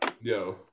Yo